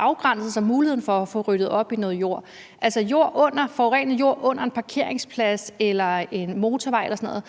afgrænset det, så der er mulighed for at få ryddet op i noget jord. Altså, forurenet jord under en parkeringsplads, en motorvej